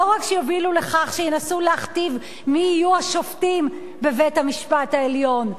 לא רק יובילו לכך שינסו להכתיב מי יהיו השופטים בבית-המשפט העליון,